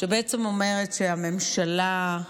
שבעצם אומרת שהממשלה,